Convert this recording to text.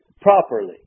properly